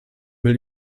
müll